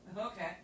Okay